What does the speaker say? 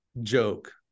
joke